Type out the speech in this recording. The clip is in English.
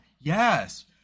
Yes